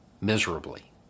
miserably